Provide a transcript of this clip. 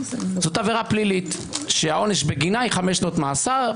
זאת עבירה פלילית שהעונש בגינה היא חמש שנות מאסר.